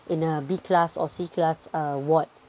in a b class or c class uh ward